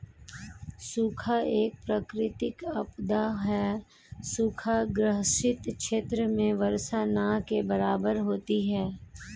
सूखा एक प्राकृतिक आपदा है सूखा ग्रसित क्षेत्र में वर्षा न के बराबर होती है